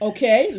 Okay